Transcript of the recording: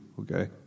Okay